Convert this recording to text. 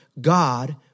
God